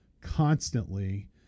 constantly